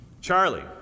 Charlie